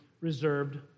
reserved